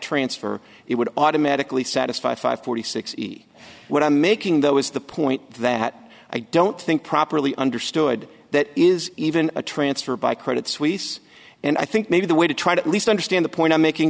transfer it would automatically satisfy five hundred sixty what i'm making though is the point that i don't think properly understood that is even a transfer by credit suisse and i think maybe the way to try to at least understand the point i'm making